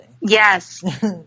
Yes